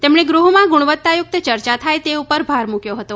તેમણે ગૃહમાં ગુણવત્તા યુક્ત ચર્ચા થાય તે ઉપર ભાર મૂક્યો હતો